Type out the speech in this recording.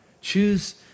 Choose